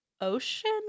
ocean